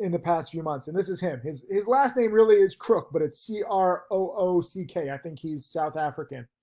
in the past few months. and this is him, his last name really is croock, but it's c r o o c k i think he's south african.